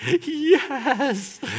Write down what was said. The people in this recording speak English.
yes